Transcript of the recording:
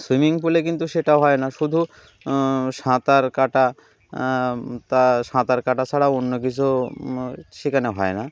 swimming পুলে কিন্তু সেটাও হয় না শুধু সাঁতার কাটা তা সাঁতার কাটা ছাড়াও অন্য কিছু সেখানে হয় না